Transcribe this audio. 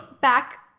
back